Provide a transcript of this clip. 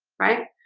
right?